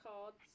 cards